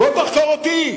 בוא תחקור אותי.